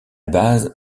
base